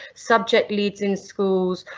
subject leads in schools,